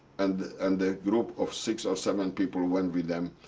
and and a group of six or seven people went with them.